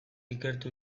ikertu